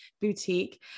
Boutique